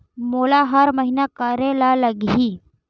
मोला हर महीना करे ल लगही?